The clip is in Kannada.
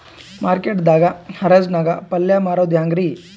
ಮಾರ್ಕೆಟ್ ದಾಗ್ ಹರಾಜ್ ನಾಗ್ ಪಲ್ಯ ಮಾರುದು ಹ್ಯಾಂಗ್ ರಿ?